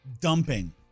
dumping